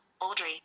Audrey